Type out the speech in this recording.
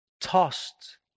tossed